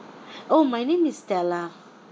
oh my name is stella